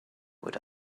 would